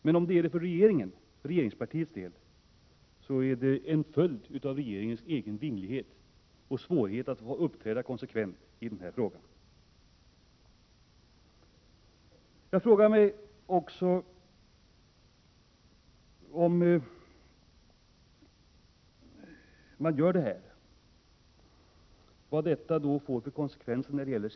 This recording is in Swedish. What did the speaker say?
Att den är det för socialdemokraterna är en följd av regeringens egen vinglighet och dess svårighet att uppträda konsekvent i frågan. Jag frågar mig också vilka konsekvenser det föreslagna beslutet skulle få för säkerheten.